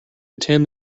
attend